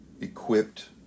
equipped